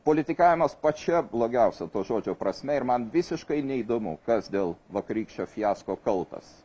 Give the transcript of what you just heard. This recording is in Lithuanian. politikavimas pačia blogiausia to žodžio prasme ir man visiškai neįdomu kas dėl vakarykščio fiasko kaltas